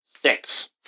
Six